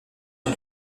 une